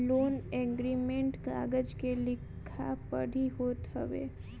loan agreement कागज के लिखा पढ़ी होत हवे